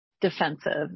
defensive